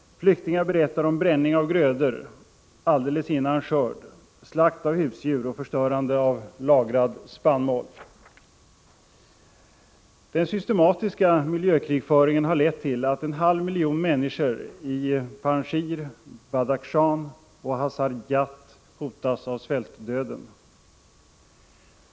Flyktingar berättar om bränning av grödor alldeles före skörd, slakt av husdjur och förstörande av lagrad spannmål. Den systematiska miljökrigföringen har lett till att en halv miljon människor i Panjshir, Badakhshan och Hazardjat hotas av svältdöden.